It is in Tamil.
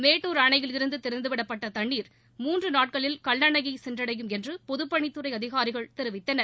மேட்டுர் அணையிலிருந்து திறந்துவிடப்பட்ட தண்ணீர் மூன்று நாட்களில் கல்லணையை சென்றடையும் என்று பொதுப்பணித்துறை அதிகாரிகள் தெரிவித்தனர்